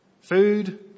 food